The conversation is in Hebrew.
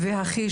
למרות ניסיונות,